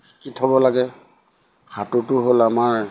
শিকি থ'ব লাগে সাঁতুৰতো হ'ল আমাৰ